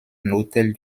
hôtel